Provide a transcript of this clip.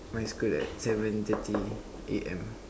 my school at seven thirty A M